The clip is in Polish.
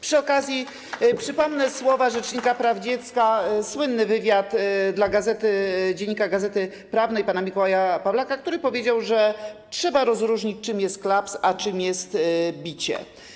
Przy okazji przypomnę słowa rzecznika praw dziecka, chodzi o słynny wywiad dla „Dziennika Gazety Prawnej”, pana Mikołaja Pawlaka, który powiedział, że trzeba rozróżnić, czym jest klaps, a czym jest bicie.